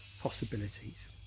possibilities